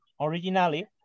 originally